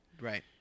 Right